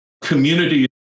community